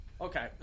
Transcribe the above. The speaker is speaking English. Okay